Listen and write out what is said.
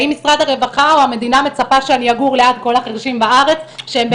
האם המדינה מצפה שנגור ליד כל החרשים בארץ?